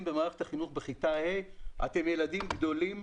במערכת החינוך בכיתה ה' שאתם ילדים גדולים,